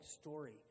story